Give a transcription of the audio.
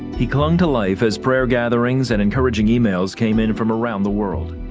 he clung to life as prayer gatherings and encouraging e mails came in from around the world.